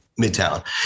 Midtown